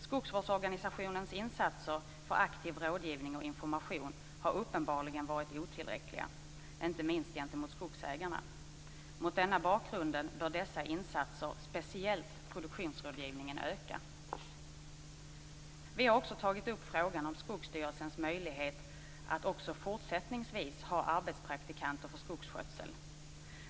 Skogsvårdsorganisationens insatser för aktiv rådgivning och information har uppenbarligen varit otillräckliga, inte minst gentemot skogsägarna. Mot denna bakgrund bör dessa insatser - speciellt produktionsrådgivningen - öka. Vi har även tagit upp frågan om Skogsstyrelsens möjlighet att också fortsättningsvis ha arbetspraktikanter för skogsskötsel.